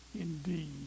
indeed